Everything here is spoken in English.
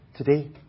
Today